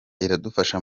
iradufasha